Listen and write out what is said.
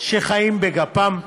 שחיים בגפם.